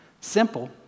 simple